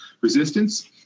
resistance